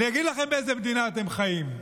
אני אגיד לכם באיזה מדינה אתם חיים.